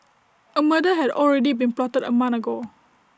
A murder had already been plotted A month ago